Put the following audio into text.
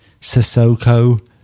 Sissoko